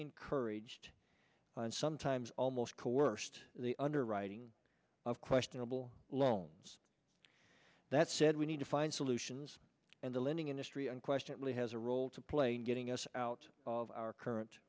encouraged and sometimes almost coerced the underwriting of questionable loans that said we need to find solutions and the lending industry unquestionably has a role to play in getting us out of our current